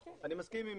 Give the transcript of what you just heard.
אני מסכים עם